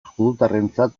judutarrentzat